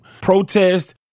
protest